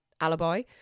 alibi